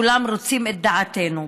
כולם רוצים את דעתנו.